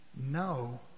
no